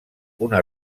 una